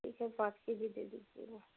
ٹھیک ہے پانچ کے جی دے دیجیے گا